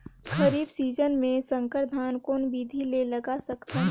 खरीफ season मे संकर धान कोन विधि ले लगा सकथन?